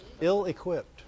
Ill-equipped